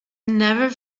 never